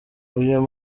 uyu